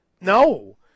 No